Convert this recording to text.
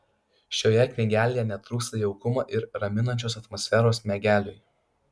šioje knygelėje netrūksta jaukumo ir raminančios atmosferos miegeliui